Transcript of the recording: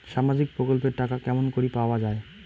সামাজিক প্রকল্পের টাকা কেমন করি পাওয়া যায়?